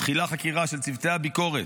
מתחילה חקירה של צוותי הביקורת.